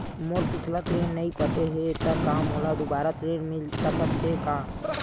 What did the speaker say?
मोर पिछला ऋण नइ पटे हे त का मोला दुबारा ऋण मिल सकथे का?